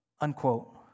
Unquote